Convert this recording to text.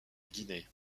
guinée